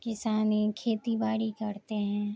کسان ہی کھیتی باڑی کرتے ہیں